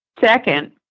Second